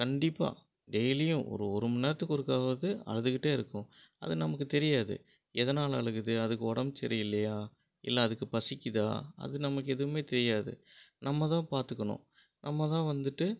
கண்டிப்பாக டெய்லியும் ஒரு ஒரு மண்நேரத்துக்கு ஒருக்காவாது அழுதுக்கிட்டே இருக்கும் அது நமக்கு தெரியாது எதனால அழுகுது அதுக்கு உடம்பு சரி இல்லையா இல்லை அதுக்கு பசிக்குதா அது நமக்கு எதுவுமே தெரியாது நம்ம தான் பார்த்துக்கணும் நம்ம தான் வந்துவிட்டு